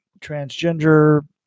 transgender